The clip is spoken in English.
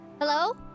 Hello